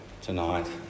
tonight